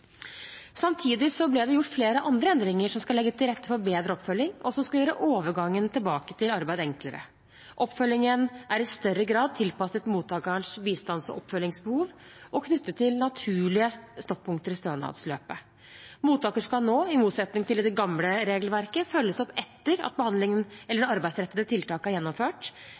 Samtidig ble det gjort flere andre endringer som skal legge til rette for bedre oppfølging, og som skal gjøre overgangen tilbake til arbeid enklere. Oppfølgingen er i større grad tilpasset mottakerens bistands- og oppfølgingsbehov og knyttet til naturlige stoppunkter i stønadsløpet. Mottaker skal nå, i motsetning til i det gamle regelverket, følges opp etter at behandlingen eller arbeidsrettede tiltak er gjennomført.